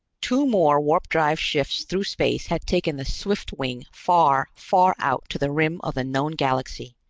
two more warp-drive shifts through space had taken the swiftwing far, far out to the rim of the known galaxy,